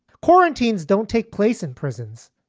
quarantines don't take place in prisons,